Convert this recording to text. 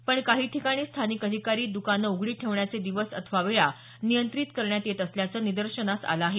पण काही ठिकाणी स्थानिक अधिकारी द्कानं उघडी ठेवण्याचे दिवस अथवा वेळा नियंत्रित करण्यात येत असल्याचं निदर्शनास आलं आहे